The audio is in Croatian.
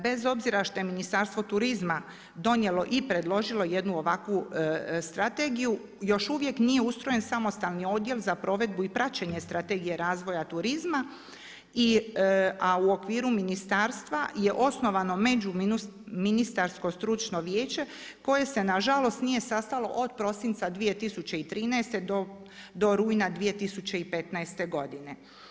Bez obzira što je Ministarstvo turizma donijelo i predložilo jednu ovakvu strategiju još uvijek nije ustrojen samostalni odjel za provedbu i praćenje Strategije razvoja turizma, a u okviru ministarstva je osnovano Međuministarsko stručno vijeće koje se nažalost nije sastalo od prosinca 2013. do rujna 2015. godine.